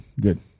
Good